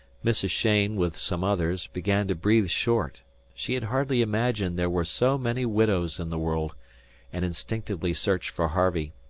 mrs. cheyne, with some others, began to breathe short she had hardly imagined there were so many widows in the world and instinctively searched for harvey.